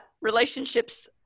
relationships